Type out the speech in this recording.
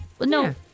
No